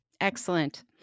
Excellent